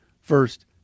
first